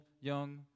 young